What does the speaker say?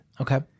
Okay